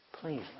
Please